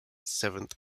seventh